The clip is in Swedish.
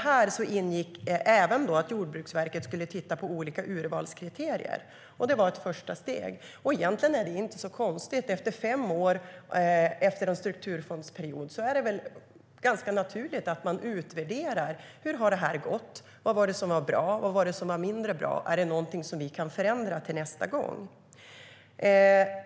Här ingick även att Jordbruksverket skulle titta på olika urvalskriterier. Det var ett första steg. Egentligen är det inte så konstigt. Fem år efter en strukturfondsperiod är det naturligt att utvärdera hur det har gått, vad som var bra, vad som var mindre bra och om något kan förändras till nästa gång.